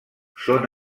són